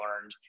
learned